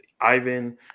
Ivan